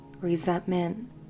resentment